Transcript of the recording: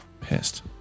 Pissed